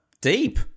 deep